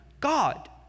God